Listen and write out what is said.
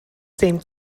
same